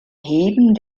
heben